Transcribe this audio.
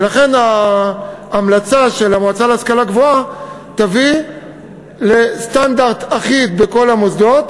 ולכן ההמלצה של המועצה להשכלה גבוהה תביא לסטנדרט אחיד בכל המוסדות,